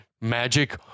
Magic